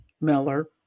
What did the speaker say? Miller